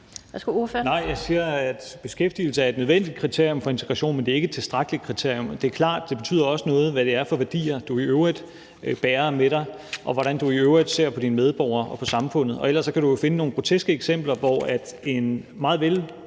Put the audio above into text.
jeg siger, at beskæftigelse er et nødvendigt kriterium for integration, men det er ikke et tilstrækkeligt kriterium. Det er klart, at det betyder også noget, hvad det er for værdier, du i øvrigt bærer med dig, og hvordan du i øvrigt ser på dine medborgere og på samfundet. Ellers kan du finde nogle groteske eksempler, hvor en meget velintegreret